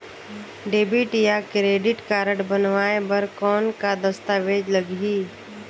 Debit या credit card बनवाय बर कौन का दस्तावेज लगही?